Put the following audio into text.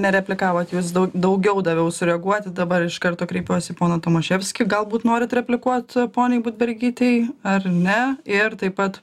nereplikavot jūs dau daugiau daviau sureaguoti dabar iš karto kreipiuosi į poną tomaševskį galbūt norit replikuot poniai budbergytei ar ne ir taip pat